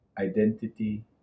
identity